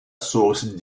source